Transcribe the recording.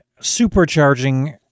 supercharging